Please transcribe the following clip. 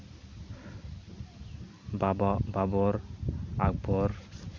ᱵᱟᱵᱟ ᱵᱟᱵᱚᱨ ᱟᱠᱵᱚᱨ